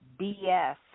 BS